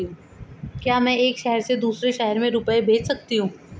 क्या मैं एक शहर से दूसरे शहर रुपये भेज सकती हूँ?